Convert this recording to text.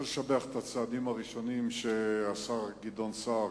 לשבח את הצעדים הראשונים שהשר גדעון סער,